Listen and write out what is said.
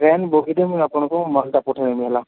train ବଗିରେ ମୁଁ ଆପଣଙ୍କୁ ମାଲ୍ଟା ପଠେଇଦେବି ହେଲା